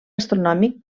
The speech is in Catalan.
astronòmic